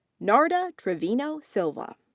narda trivino silva.